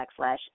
backslash